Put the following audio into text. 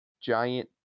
giant